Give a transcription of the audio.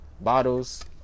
bottles